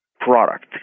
product